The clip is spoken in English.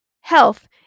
Health